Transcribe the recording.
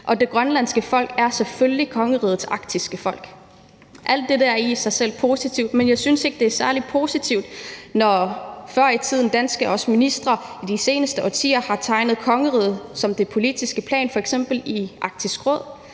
at det grønlandske folk selvfølgelig er kongerigets arktiske folk. Alt dette er i sig selv positivt, men jeg synes ikke, det er særlig positivt, at danskere, også ministre, før i tiden, i de seneste årtier, har tegnet kongeriget på det politiske plan i f.eks. Arktisk Råd.